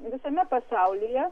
visame pasaulyje